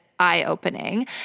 eye-opening